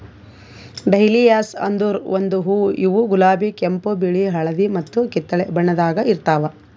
dahlias ಅಂದುರ್ ಒಂದು ಹೂವು ಇವು ಗುಲಾಬಿ, ಕೆಂಪು, ಬಿಳಿ, ಹಳದಿ ಮತ್ತ ಕಿತ್ತಳೆ ಬಣ್ಣದಾಗ್ ಇರ್ತಾವ್